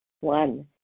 One